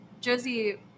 Josie